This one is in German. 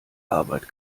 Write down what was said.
arbeit